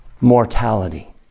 mortality